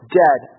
dead